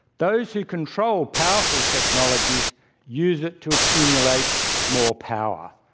those who control powerful technologies use it to accumulate more power.